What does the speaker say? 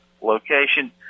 location